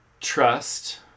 trust